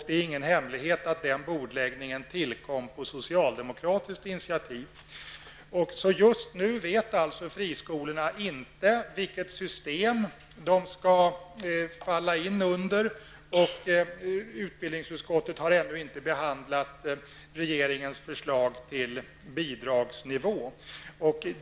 Det är ingen hemlighet att bordläggningen tillkom på socialdemokratiskt initiativ. Just nu vet friskolorna inte vilket system som de skall falla in under. Utbildningsutskottet har ännu inte heller behandlat regeringens förslag beträffande bidragsnivån.